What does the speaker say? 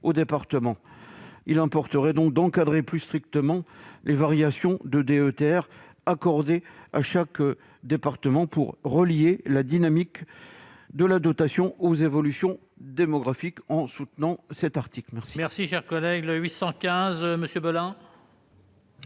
départements. Il importerait donc d'encadrer plus strictement les variations de la DETR accordée à chaque département pour relier la dynamique de la dotation aux évolutions démographiques. L'amendement n°